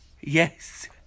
Yes